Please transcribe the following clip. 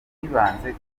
biganiro